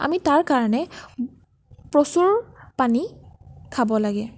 আমি তাৰকাৰণে প্ৰচুৰ পানী খাব লাগে